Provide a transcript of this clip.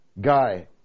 guy